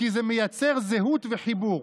כי זה מייצר זהות וחיבור.